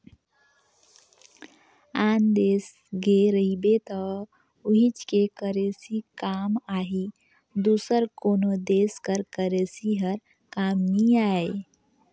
आन देस गे रहिबे त उहींच के करेंसी काम आही दूसर कोनो देस कर करेंसी हर काम नी आए